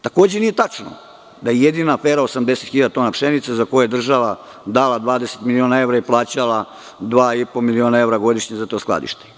Takođe, nije tačno da je jedina afera 80.000 tona pšenice, za koje je država dala 20.000.000 evra i plaćala 2,5 miliona evra godišnje za to skladište.